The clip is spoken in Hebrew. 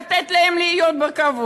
לתת להם לחיות בכבוד.